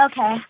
Okay